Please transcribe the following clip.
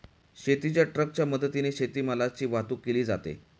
शेतीच्या ट्रकच्या मदतीने शेतीमालाची वाहतूक केली जाते